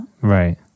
right